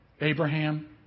Abraham